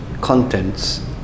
contents